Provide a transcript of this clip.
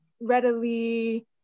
readily